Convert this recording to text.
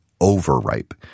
overripe